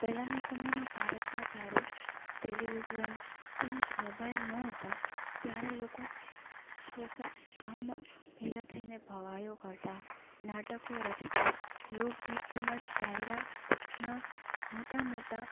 પહેલાંના સમયમાં ભારતમાં જ્યારે ટેલિવિઝન તેમજ મોબાઈલ નહોતા ત્યારે લોકો ગામમાં ભેગાં થઈને ભવાઈઓ કરતાં નાટકો રચતાં લોકગીત તેમજ ડાયરા ના મોટાં મોટાં